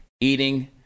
eating